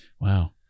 Wow